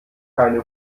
keine